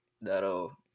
that'll